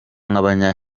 nk’abarwayi